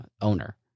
owner